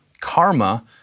karma